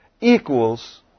Equals